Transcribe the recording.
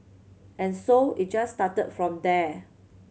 and so it just started from there